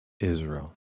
Israel